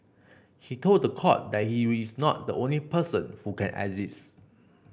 he told the court that he is not the only person who can assist